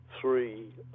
three